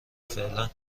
فعلا